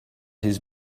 his